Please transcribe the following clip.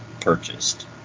purchased